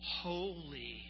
holy